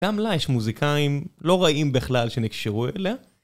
גם לה יש מוזיקאים לא רעים בכלל שנקשרו אליה